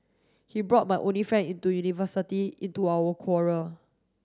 he brought my only friend into university into our quarrel